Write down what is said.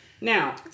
Now